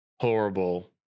horrible